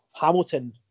Hamilton